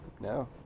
No